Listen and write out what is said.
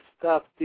stop